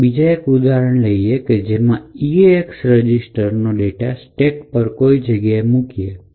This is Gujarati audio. ચાલો હવે બીજી એક ઉદાહરણ લઇએ કે જેમાં eax રજીસ્ટરનો ડેટા સ્ટેક પર કોઈ જગ્યાએ મૂકીએ